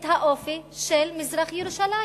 את האופי של מזרח-ירושלים,